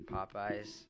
Popeyes